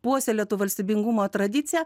puoselėtų valstybingumo tradiciją